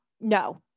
no